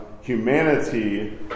humanity